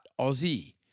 Aussie